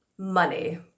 Money